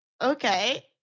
okay